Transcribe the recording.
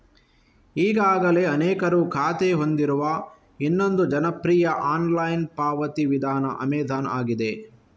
ಈಗಾಗಲೇ ಅನೇಕರು ಖಾತೆ ಹೊಂದಿರುವ ಇನ್ನೊಂದು ಜನಪ್ರಿಯ ಆನ್ಲೈನ್ ಪಾವತಿ ವಿಧಾನ ಅಮೆಜಾನ್ ಆಗಿದೆ